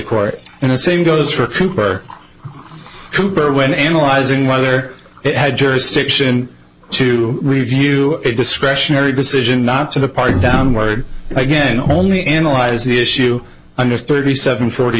court and the same goes for cooper cooper when analyzing whether it had jurisdiction to review a discretionary decision not to the party downward again only analyze the issue under thirty seven forty